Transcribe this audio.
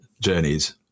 journeys